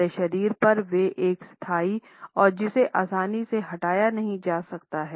हमारे शरीर पर वे एक स्थायी हैं जिसे आसानी से हटाया नहीं जा सकता